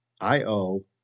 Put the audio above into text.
I-O